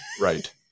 right